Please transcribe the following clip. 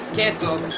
cancel.